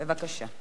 מצביעים.